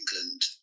England